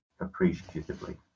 appreciatively